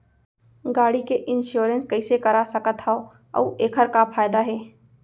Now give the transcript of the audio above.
गाड़ी के इन्श्योरेन्स कइसे करा सकत हवं अऊ एखर का फायदा हे?